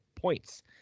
points